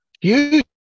huge